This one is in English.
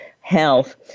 health